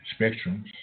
spectrums